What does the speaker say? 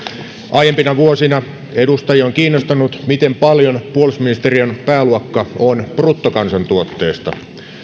aiempina vuosina edustajia on kiinnostanut miten paljon puolustusministeriön pääluokka on bruttokansantuotteesta